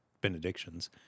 benedictions